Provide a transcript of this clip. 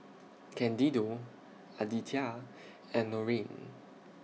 Candido Aditya and Norene